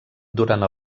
durant